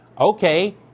okay